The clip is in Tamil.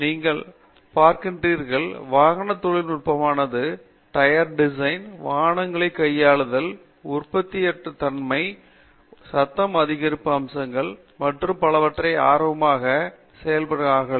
நீங்கள் பார்க்கிறீர்கள் வாகன தொழில் நுட்பமானது டயர் டிசைன்கள் வாகனங்களை கையாளுதல் உறுதியற்ற தன்மை சத்தம் அதிர்வு அம்சங்கள் மற்றும் பலவற்றை ஆர்வமாக ஆராய்கிறார்கள்